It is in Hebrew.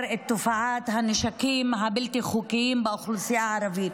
תופעת הנשקים הבלתי-חוקיים באוכלוסייה הערבית.